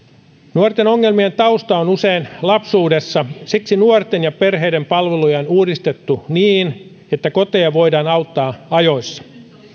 nuorten ongelmien tausta on usein lapsuudessa siksi nuorten ja perheiden palveluja on uudistettu niin että koteja voidaan auttaa ajoissa